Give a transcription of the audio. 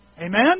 Amen